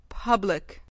Public